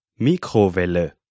Mikrowelle